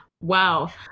Wow